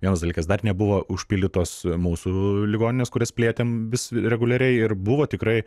vienas dalykas dar nebuvo užpildytos mūsų ligoninės kurias plėtėm vis reguliariai ir buvo tikrai